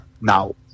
Now